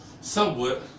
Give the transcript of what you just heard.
Somewhat